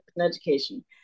education